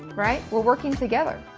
right? we're working together.